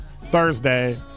Thursday